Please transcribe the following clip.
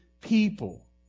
people